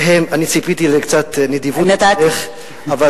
ציפיתי לקצת נדיבות מצדך.